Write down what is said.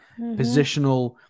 positional